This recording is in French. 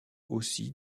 aussi